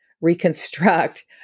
reconstruct